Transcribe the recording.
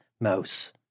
mouse